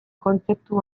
kontzeptu